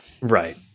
Right